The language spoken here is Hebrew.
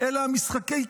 אלא משחקי כיסאות,